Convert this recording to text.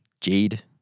Jade